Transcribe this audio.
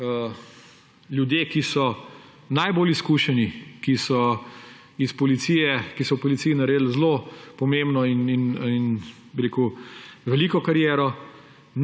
Ljudje, ki so najbolj izkušeni, ki so iz policije, ki so v policiji naredili zelo pomembno in veliko kariero,